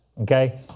Okay